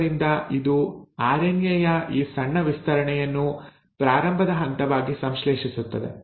ಆದ್ದರಿಂದ ಇದು ಆರ್ಎನ್ಎ ಯ ಈ ಸಣ್ಣ ವಿಸ್ತರಣೆಯನ್ನು ಪ್ರಾರಂಭದ ಹಂತವಾಗಿ ಸಂಶ್ಲೇಷಿಸುತ್ತದೆ